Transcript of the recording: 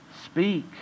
speak